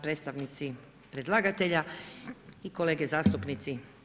Predstavnici predlagatelja i kolege zastupnici.